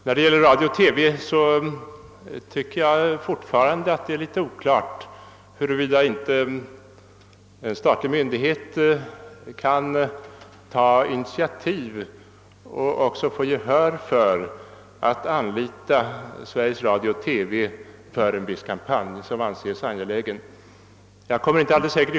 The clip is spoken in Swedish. Vad radio-TV beträffar tycker jag alltjämt att det är litet oklart huruvida en statlig myndighet kan ta initiativ till och få gehör för ett förslag att anlita Sveriges Radio-TV för en viss kampanj som anses angelägen.